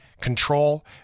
control